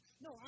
No